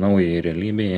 naujai realybei